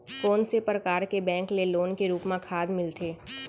कोन से परकार के बैंक ले लोन के रूप मा खाद मिलथे?